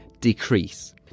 decrease